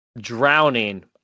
drowning